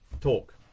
talk